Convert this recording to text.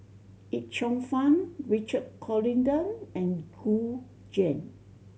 Yip Cheong Fun Richard Corridon and Gu Juan